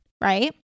Right